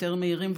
יותר מהירים,